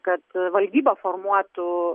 kad valdyba formuotų